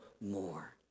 more